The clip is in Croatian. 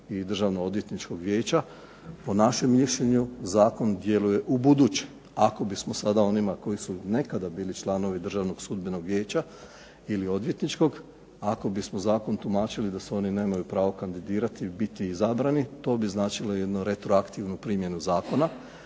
i Državno odvjetničkog vijeća, po našem mišljenju zakon djeluje ubuduće. Ako bismo sada onima koji su nekada bili članovi Državnog sudbenog vijeća ili odvjetničko, ako bismo zakon tumačili da se oni nemaju pravo kandidirati i biti izabrani to bi značilo jednu retroaktivnu primjenu zakona,